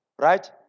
right